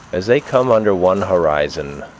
as they come under one horizon,